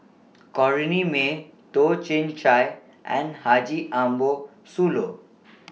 Corrinne May Toh Chin Chye and Haji Ambo Sooloh